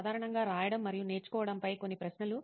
సాధారణంగా రాయడం మరియు నేర్చుకోవడంపై కొన్ని ప్రశ్నలు